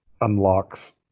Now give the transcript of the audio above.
unlocks